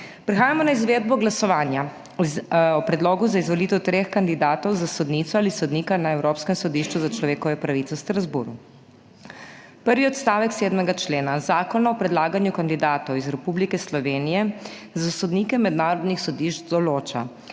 Prehajamo na izvedbo glasovanja o predlogu za izvolitev treh kandidatov za sodnico ali sodnika na Evropskem sodišču za človekove pravice v Strasbourgu. Prvi odstavek 7. člena Zakona o predlaganju kandidatov iz Republike Slovenije za sodnike mednarodnih sodišč določa,